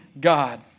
God